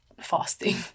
fasting